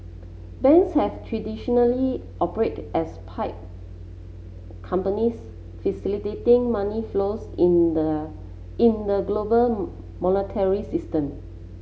banks have traditionally operated as pipe companies facilitating money flows in the in the global monetary system